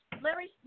Larry